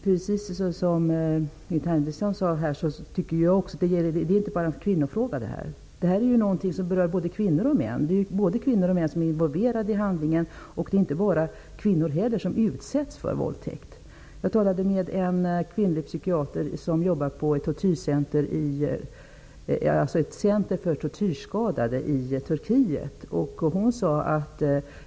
Precis som Birgit Henriksson sade är det här inte bara en kvinnofråga. Detta är i stället något som berör både kvinnor och män. Både kvinnor och män är ju involverade i handlingen. Vidare är det inte heller bara kvinnor som utsätts för våldtäkt. Jag talade med en kvinnlig psykiater som jobbar på ett center för tortyrskadade i Turkiet.